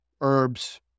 herbs